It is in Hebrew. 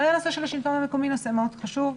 עלה הנושא של השלטון המקומי נושא חשוב מאוד.